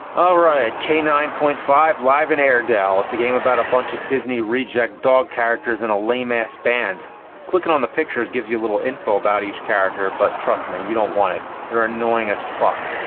ah right at k nine point five. live in airedale. it's a game about a bunch of disney reject dog characters in a lame-ass band clicking on the pictures gives you a little info about each character, but trust me, you don't want it. they're annoying as fuck.